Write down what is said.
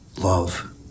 Love